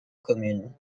commune